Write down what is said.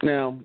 Now